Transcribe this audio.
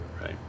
right